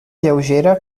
lleugera